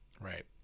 right